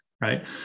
right